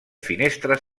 finestres